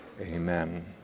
Amen